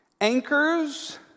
Anchors